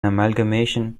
amalgamation